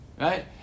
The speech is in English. right